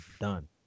done